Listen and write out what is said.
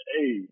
hey